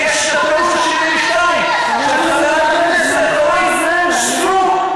ויש את הפירוש ה-72 של חברת הכנסת סטרוק.